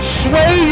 sway